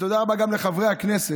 ותודה רבה גם לחברי הכנסת,